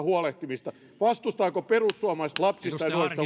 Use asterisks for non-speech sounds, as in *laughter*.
*unintelligible* huolehtimista vastustavatko perussuomalaiset lapsista